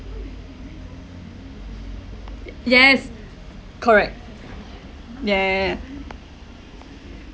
y~ yes correct yeah